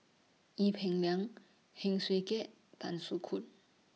Ee Peng Liang Heng Swee Keat Tan Soo Khoon